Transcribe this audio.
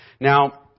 Now